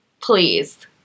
Please